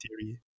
theory